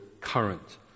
current